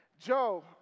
Joe